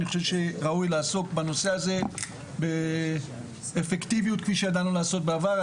אני חושב שראוי לעסוק בנושא הזה באפקטיביות כפי שידענו לעשות בעבר.